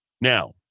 Now